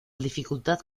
dificultad